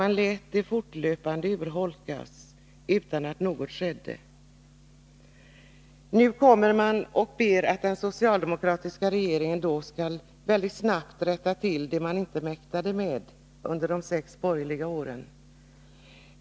Man lät denna sjukpenning fortlöpande urholkas utan att någonting skedde. Nu kommer man och ber att den socialdemokratiska regeringen snabbt skall rätta till det man inte mäktade med under de sex borgerliga åren.